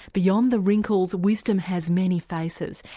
beyond the wrinkles wisdom has many faces.